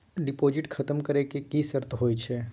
Deposit खतम करे के की सर्त होय छै?